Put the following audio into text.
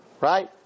right